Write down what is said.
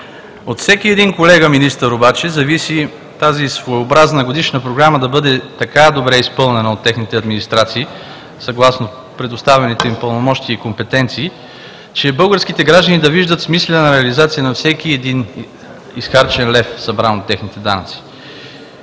От всеки един колега – министър, обаче зависи тази своеобразна годишна програма да бъда така добре изпълнена от техните администрации съгласно предоставените им пълномощия и компетенции, че българските граждани да виждат смислена реализация на всеки един изхарчен лев, събран от техните данъци.